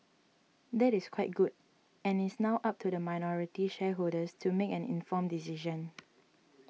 that is quite good and it's now up to minority shareholders to make an informed decision